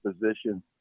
position